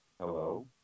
Hello